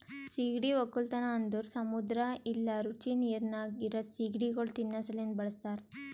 ಸೀಗಡಿ ಒಕ್ಕಲತನ ಅಂದುರ್ ಸಮುದ್ರ ಇಲ್ಲಾ ರುಚಿ ನೀರಿನಾಗ್ ಇರದ್ ಸೀಗಡಿಗೊಳ್ ತಿನ್ನಾ ಸಲೆಂದ್ ಬಳಸ್ತಾರ್